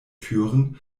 türen